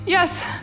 Yes